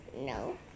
No